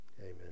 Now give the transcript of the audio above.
amen